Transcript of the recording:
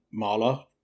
Marla